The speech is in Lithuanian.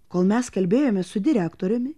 kol mes kalbėjomės su direktoriumi